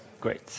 Great